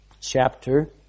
chapter